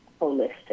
holistic